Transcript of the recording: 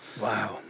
Wow